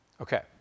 Okay